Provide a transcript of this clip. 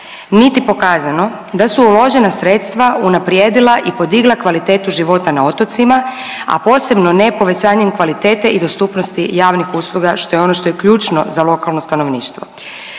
niti pokazano da su uložena sredstva unaprijedila i podigla kvalitetu života na otocima, a posebno ne povećanjem kvalitete i dostupnosti javnih usluga što je ono što je ključno za lokalno stanovništvo.